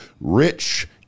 rich